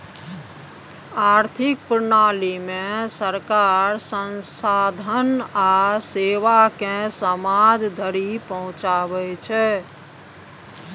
आर्थिक प्रणालीमे सरकार संसाधन आ सेवाकेँ समाज धरि पहुंचाबै छै